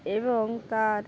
এবং তার